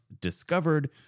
discovered